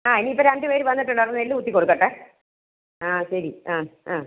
ആ ഇനി ഇപ്പം രണ്ടു പേര് വന്നിട്ടുണ്ടായിരുന്നു നെല്ല് കുത്തി കൊടുക്കട്ടെ ആ ശരി ആ ആ